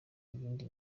ibindi